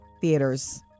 theaters